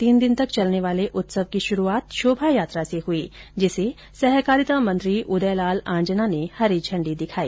तीन दिन तक चलने वाले उत्सव की शुरूआत शोभायात्रा से हई जिसे सहकारिता मंत्री उदयलाल आंजना ने हरी झंडी दिखाई